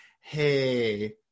hey